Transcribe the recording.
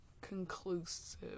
conclusive